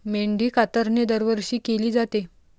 मेंढी कातरणे दरवर्षी केली जाते